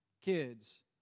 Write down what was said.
kids